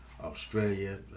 Australia